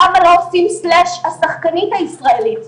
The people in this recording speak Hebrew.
למה לא עושים סלש השחקנית הישראלית.